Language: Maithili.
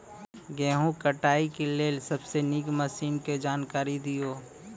गेहूँ कटाई के लेल सबसे नीक मसीनऽक जानकारी दियो?